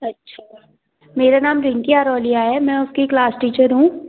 अच्छा मेरा नाम रिंकी आरोलीया है मैं उसकी क्लास टीचर हूँ